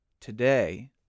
today